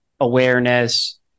awareness